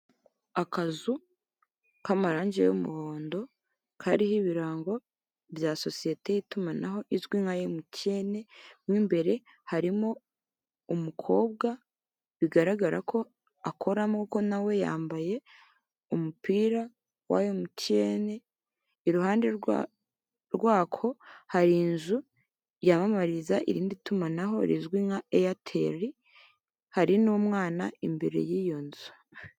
Akazu k'amarange y'umuhondo kariho ibirango bya sosiyete y'itumanaho izwi nka MTN, mw'imbere harimo umukobwa bigaragara ko akoramo kuko nawe yambaye umupira wa MTN, iruhande rwako hari inzu yamamariza irindi tumanaho rizwi nka AIRTEL hari n'umwana imbere y'iyo nzu.